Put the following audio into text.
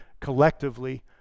collectively